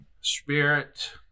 Spirit